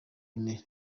ine